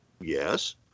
Yes